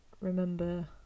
remember